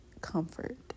comfort